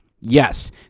Yes